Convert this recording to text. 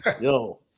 Yo